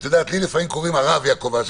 סטטוס.